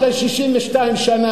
אחרי 62 שנה,